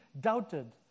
doubted